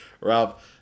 Rob